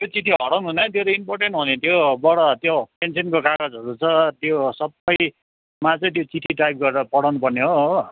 त्यो चिट्ठी हराउनु हुन्न है त्यो त इम्पोर्टेन्ट हो नि त्योबाट त्यो पेन्सनको कागजहरू छ त्यो सबैमा चाहिँ त्यो चिट्ठी टाइप गरेर पठाउनु पर्ने हो हो